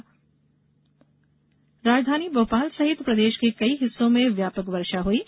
मौसम राजधानी भोपाल सहित प्रदेश के कई हिस्सों में व्यापक वर्षा हुई है